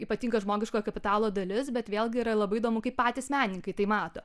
ypatinga žmogiškojo kapitalo dalis bet vėlgi yra labai įdomu kaip patys menininkai tai mato